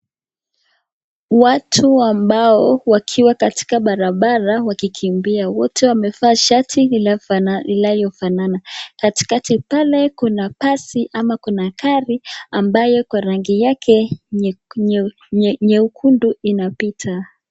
Watu ambao wakiwa katika barabara wakikimbia wote wamevaa shati inayofanana katikati pale kuna basi ama kuna gari ambayo kwa rangi yake nyekundu inapita.